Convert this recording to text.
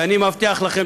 ואני מבטיח לכם,